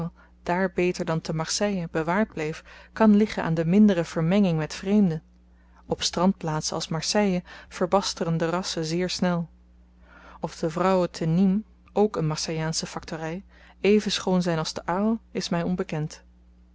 daar beter dan te marseille bewaard bleef kan liggen aan de mindere vermenging met vreemden op strandplaatsen als marseille verbasteren de rassen zeer snel of de vrouwen te nîmes k n marseillaansche faktory even schoon zyn als te arles is my onbekend